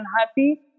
unhappy